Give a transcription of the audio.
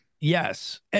Yes